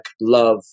love